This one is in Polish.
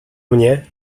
mnie